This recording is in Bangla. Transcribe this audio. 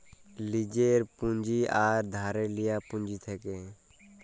লীজের পুঁজি আর ধারে লিয়া পুঁজি থ্যাকে